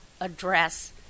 address